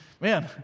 man